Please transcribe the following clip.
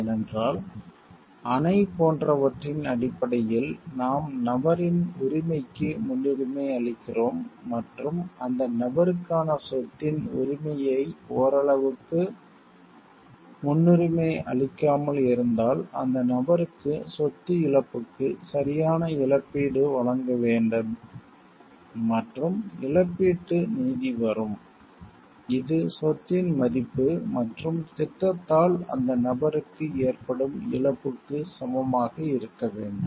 ஏனென்றால் அணை போன்றவற்றின் அடிப்படையில் நாம் நபரின் உரிமைக்கு முன்னுரிமை அளிக்கிறோம் மற்றும் அந்த நபருக்கான சொத்தின் உரிமையை ஓரளவுக்கு முன்னுரிமை அளிக்காமல் இருந்தால் அந்த நபருக்கு சொத்து இழப்புக்கு சரியான இழப்பீடு வழங்கப்பட வேண்டும் மற்றும் இழப்பீட்டு நீதி வரும் இது சொத்தின் மதிப்பு மற்றும் திட்டத்தால் அந்த நபருக்கு ஏற்படும் இழப்புக்கு சமமாக இருக்க வேண்டும்